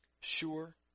sure